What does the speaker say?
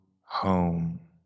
home